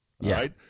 Right